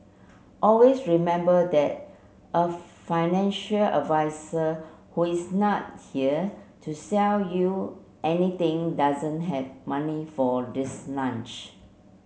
always remember that a financial advisor who is not here to sell you anything doesn't have money for this lunch